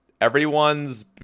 Everyone's